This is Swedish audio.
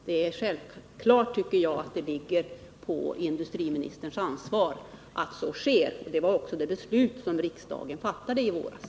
Det är självklart, tycker jag, att det faller på industriministerns ansvar att så sker. Det var också innebörden av det beslut riksdagen fattade i våras.